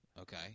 Okay